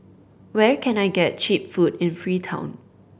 where can I get cheap food in Freetown